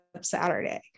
Saturday